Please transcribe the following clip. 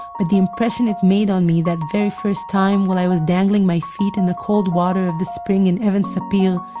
but the impression it made on me that very first time, while i was dangling my feet in the cold water of the spring in even sapir,